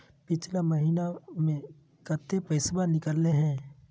पिछला महिना मे कते पैसबा निकले हैं?